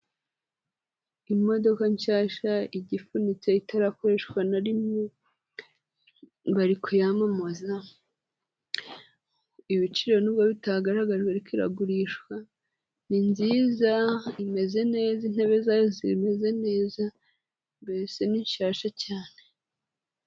Imodoka nshyashya igifunitse itarakoreshwa na rimwe, bari kuyamamaza, ibiciro nubwo bitagaragajwe ariko iragurishwa, ni nziza imeze neza, intebe zayo zimeze neza mbese ni nshyashya cyane.